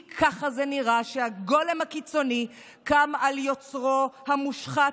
כי ככה זה נראה כשהגולם הקיצוני קם על יוצרו המושחת,